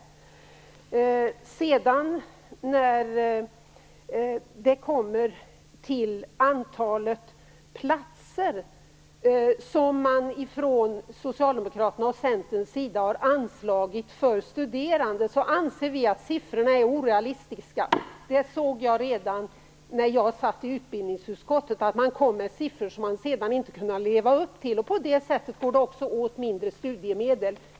När det sedan kommer till antalet platser som Socialdemokraterna och Centern har anslagit för studerande, anser vi att siffrorna är orealistiska. Jag såg redan när jag satt i utbildningsutskottet att man kom med siffror som man sedan inte skulle kunna leva upp till. På det sättet går det också åt mindre studiemedel.